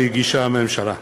שהגישה הממשלה.